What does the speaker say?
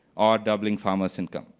or doubling farmer's income.